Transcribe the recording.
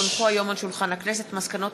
כי הונחו היום על שולחן הכנסת מסקנות